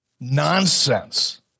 nonsense